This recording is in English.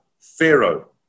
Pharaoh